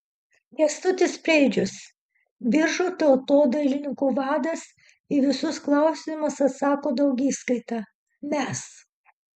kęstutis preidžius biržų tautodailininkų vadas į visus klausimus atsako daugiskaita mes